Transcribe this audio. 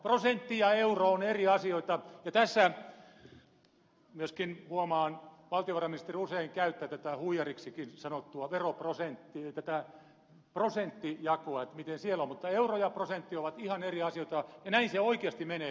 prosentti ja euro ovat eri asioita ja huomaan että tässä myöskin valtiovarainministeri usein käyttää tätä huijariksikin sanottua prosenttijakoa miten siellä on mutta euro ja prosentti ovat ihan eri asioita ja näin se oikeasti menee